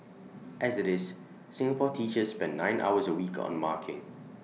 as IT is Singapore teachers spend nine hours A week on marking